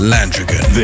Landrigan